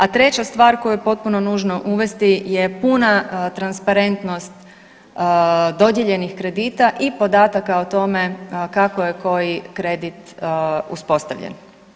A treća stvar koju je potpuno nužno uvesti je puna transparentnost dodijeljenih kredita i podataka o tome kako je koji kredit uspostavljen.